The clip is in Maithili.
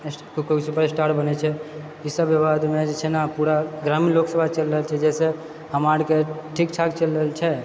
कोइ सुपरस्टार बनैछे इसब विभागमे छै ने पूरा ग्रामीण लोग चलि रहल छै जहिसँ हमरा आरके ठीकठाक चलि रहल छै